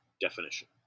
definition